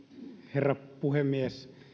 herra puhemies